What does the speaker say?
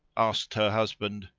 asked her husband,